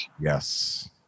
yes